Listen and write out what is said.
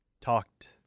talked